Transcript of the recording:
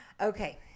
Okay